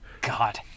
God